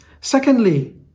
Secondly